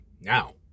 now